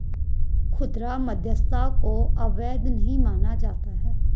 खुदरा मध्यस्थता को अवैध नहीं माना जाता है